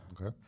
Okay